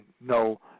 No